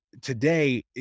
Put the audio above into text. today